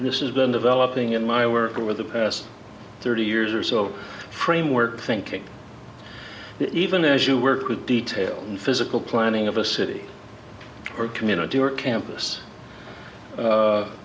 call this is been developing in my work over the past thirty years or so framework thinking even as you work with detail in physical planning of a city or community or campus